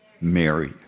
Mary